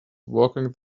walking